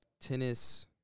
tennis